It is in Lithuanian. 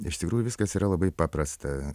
iš tikrųjų viskas yra labai paprasta